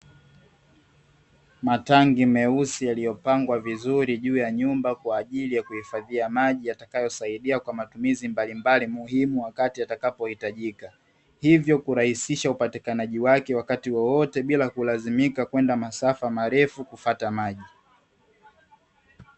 Matanki meusi yaliyopangwa vizuri juu ya nyumba kwa ajili ya kuhifadhia maji, yatakayosaidia kwa matumizi mbalimbali muhimu wakati yatakapo hitajika. Hivyo kurahisisha upatikanaji wake wakati wowote, bila kulazimika kwenda masafa marefu kufuata maji.